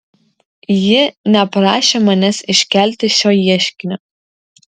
ji neprašė manęs iškelti šio ieškinio